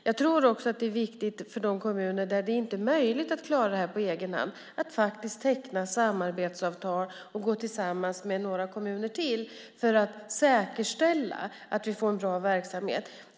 Jag tror också att det för de kommuner där det inte är möjligt att klara detta på egen hand är viktigt att teckna samarbetsavtal och gå samman med några kommuner för att säkerställa att vi får en bra verksamhet.